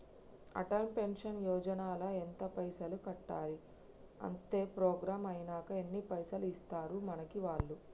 Atal pension Yojana ల ఎంత పైసల్ కట్టాలి? అత్తే ప్రోగ్రాం ఐనాక ఎన్ని పైసల్ ఇస్తరు మనకి వాళ్లు?